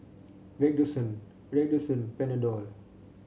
Redoxon Redoxon Panadol